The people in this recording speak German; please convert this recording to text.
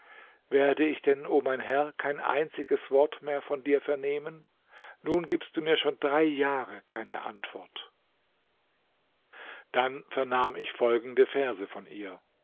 werde ich denn o mein herr kein einziges wort mehr von dir vernehmen nun gibst du mir schon drei jahre keine antwort dann vernahm ich folgende verse von ihr